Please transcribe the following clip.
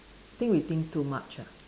think we think too much ah